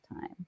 time